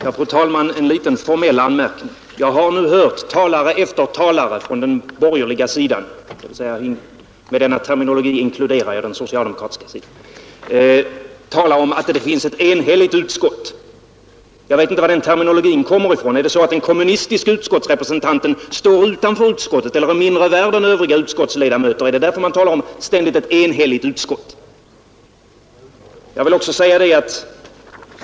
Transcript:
Fru talman! En liten formell anmärkning. Jag har nu hört talare efter talare från den borgerliga sidan — med denna terminologi inkluderar jag de socialdemokratiska talarna — tala om att det finns ett enhälligt utskott. Jag vet inte var den terminologin kommer ifrån. Står den kommunistiske utskottsrepresentanten utanför utskottet eller är han mindre värd än övriga utskottsledamöter, eftersom man talar om ett enhälligt utskott?